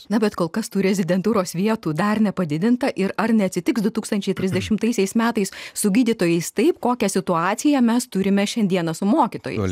na bet kol kas tų rezidentūros vietų dar nepadidinta ir ar neatsitiks du tūkstančiai trisdešimtaisiais metais su gydytojais taip kokią situaciją mes turime šiandiena su mokytojais